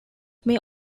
may